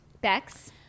Bex